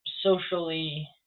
socially